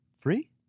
Free